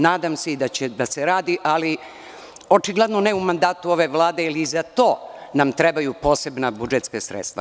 Nadam se da će i da se radi, ali očigledno ne u mandatu ove Vlade, jer nam i za to trebaju posebna budžetska sredstva.